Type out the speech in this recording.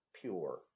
pure